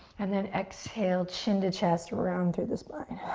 and then exhale, chin to chest, round through the spine.